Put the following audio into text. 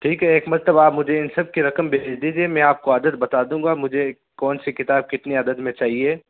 ٹھیک ہے ایک مرتبہ آپ مجھے ان سب کی رقم بھیج دیجیے میں آپ کو آڈر بتا دوں گا مجھے کون سی کتاب کتنے عدد میں چاہیے